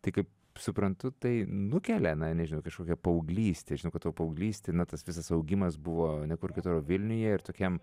tai kaip suprantu tai nukelia na nežinau į kažkokią paauglystę žinau kad tavo paauglystė na tas visas augimas buvo ne kur kitur o vilniuje ir tokiam